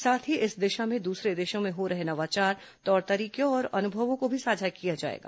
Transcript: साथ ही इस दिशा में दूसरे देशों में हो रहे नवाचार तौर तरीके और अनुभवों को भी साझा किया जाएगा